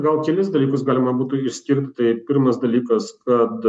gal kelis dalykus galima būtų išskirt tai pirmas dalykas kad